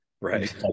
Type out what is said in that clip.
Right